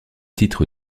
titre